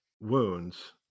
wounds